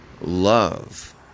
love